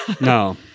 No